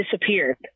disappeared